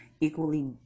Equally